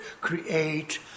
create